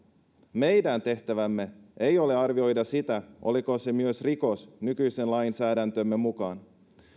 meidän tehtävämme ei ole arvioida sitä oliko se myös rikos nykyisen lainsäädäntömme mukaan